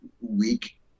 Week